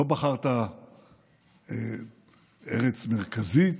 לא בחרת ארץ מרכזית,